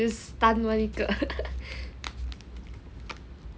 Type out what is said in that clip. stun [one] 一个